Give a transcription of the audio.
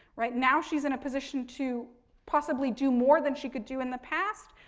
right? now she's in a position to possibly do more than she could do in the past,